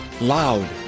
loud